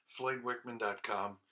floydwickman.com